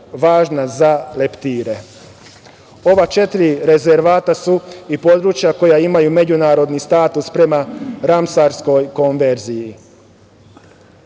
važna za leptire. Ova četiri rezervata su i područja koja imaju međunarodni status prema Ramsarskoj konverziji. Ono